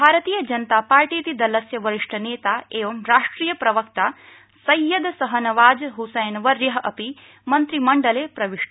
भारतीय जनता पार्टीति दलस्य वरिष्ठनेता बिं राष्ट्रिय प्रवक्ता सैयद शहनवाज हुसैनवर्य अपि मन्त्रिमण्डले प्रविष्ट